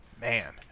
Man